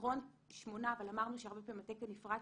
בעיקרון שמונה אבל אמרנו שהרבה פעמים התקן נפרץ